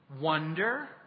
Wonder